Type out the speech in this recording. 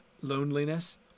loneliness